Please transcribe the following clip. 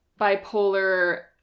bipolar